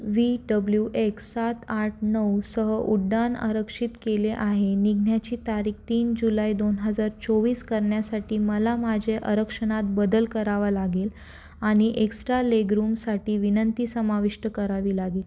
V W X सात आठ नऊसह उड्डाण आरक्षित केले आहे निघण्याची तारीख तीन जुलाइ दोन हजार चोवीस करण्यासाठी मला माझे आरक्षणात बदल करावा लागेल आणि एक्स्ट्रा लेगरूमसाठी विनंती समाविष्ट करावी लागेल